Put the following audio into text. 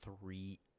three